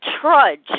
trudge